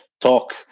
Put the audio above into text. talk